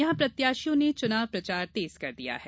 यहां प्रत्याशियों ने चुनाव प्रचार तेज कर दिया है